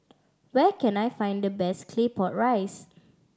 where can I find the best Claypot Rice